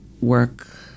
work